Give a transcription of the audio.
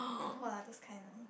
!wah! those kind